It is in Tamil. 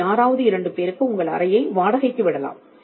நீங்கள் யாராவது இரண்டு பேருக்கு உங்கள் அறையை வாடகைக்கு விடலாம்